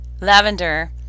lavender